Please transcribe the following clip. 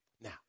now